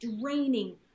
draining